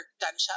gunshot